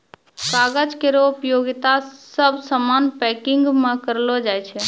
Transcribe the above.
कागज केरो उपयोगिता सब सामान पैकिंग म करलो जाय छै